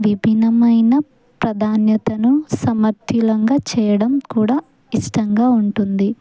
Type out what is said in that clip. విభిన్నమైన ప్రధాన్యతను సమర్థలంగా చేయడం కూడా ఇష్టంగా ఉంటుంది